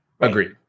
Agreed